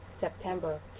September